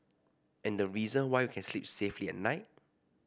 and the reason why we can sleep safely at night